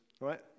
right